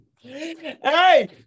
Hey